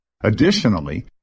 Additionally